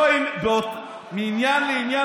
זה נראה לך הגיוני,